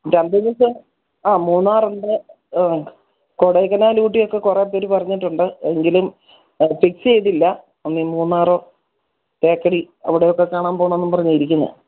രണ്ട് മൂന്നു ദിവസത്തെ ആ മൂന്നാറുണ്ട് കൊടൈക്കനാൽ ഊട്ടിയൊക്കെ കുറേ പേർ പറഞ്ഞിട്ടുണ്ട് എങ്കിലും ഫിക്സ് ചെയ്തില്ല മൂന്നാറോ തേക്കടി അവിടെയൊക്കെ കാണാൻ പോകണമെന്നും പറഞ്ഞാണ് ഇരിക്കുന്നത്